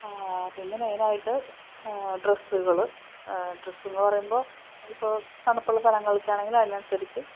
പിന്നെ മെയിനായിട്ട് ഡ്രസ്സുകള് ഡ്രസ്സെന്ന് പറയുമ്പോള് ഇപ്പോള് തണുപ്പുള്ള സ്ഥലങ്ങളൊക്കെയാണെങ്കില് അതിനനുസരിച്ച്